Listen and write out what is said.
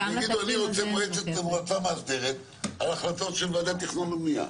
יגידו: אני רוצה מועצה מאסדרת על החלטות של ועדת תכנון ובנייה.